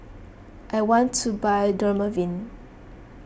I want to buy Dermaveen